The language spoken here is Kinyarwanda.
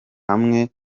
hamwe